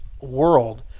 world